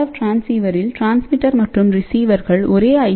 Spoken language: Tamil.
எஃப் டிரான்ஸீவர்களில் டிரான்ஸ்மிட்டர் மற்றும் ரிசீவர்கள் ஒரே ஐ